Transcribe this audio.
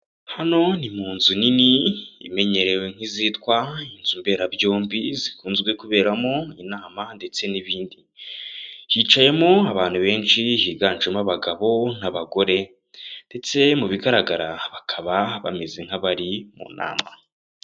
Hano ni mu nzu nini imenyerewe nk'izitwa inzu mberabyombi zikunzwe kuberamo inama ndetse n'ibindi, hicayemo abantu benshi higanjemo abagabo n'abagore, ndetse mu bigaragara bakaba bameze nk'abari mu nama.